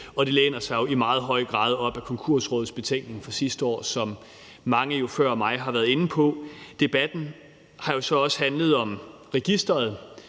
Det læner sig jo i meget høj grad op ad Konkursrådets betænkning fra sidste år, som mange før mig også har været inde på. Debatten har jo så også handlet om registeret